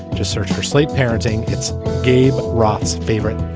just search for slate parenting. it's gabe roth's favorite